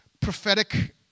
prophetic